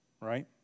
right